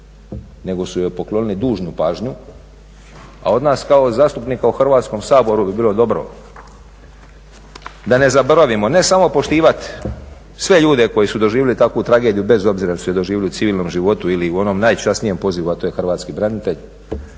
nego su joj poklonili dužnu pažnju. A od nas kao zastupnika u Hrvatskom saboru bi bilo dobro da ne zaboravimo ne samo poštivat sve ljude koji su doživjeli takvu tragediju bez obzira jesu je doživjeli u civilnom životu ili u onom najčasnijem pozivu a to je hrvatski branitelj,